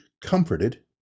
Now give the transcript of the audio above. comforted